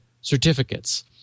certificates